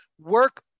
work